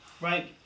right